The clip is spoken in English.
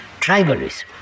tribalism